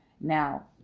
now